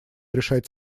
решать